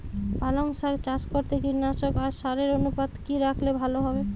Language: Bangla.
পালং শাক চাষ করতে কীটনাশক আর সারের অনুপাত কি রাখলে ভালো হবে?